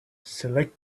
select